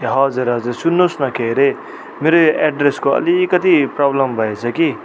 हजुर हजुर सुन्नुहोस् न के हरे मेरो यो एड्रेसको अलिकति प्रब्लम भएछ कि